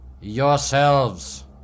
yourselves